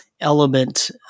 element